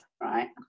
right